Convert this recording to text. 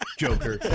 Joker